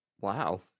Wow